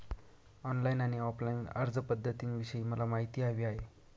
online आणि offline अर्जपध्दतींविषयी मला माहिती हवी आहे